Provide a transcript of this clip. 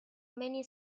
many